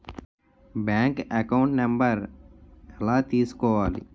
Bank account number ఎలా తీసుకోవాలి?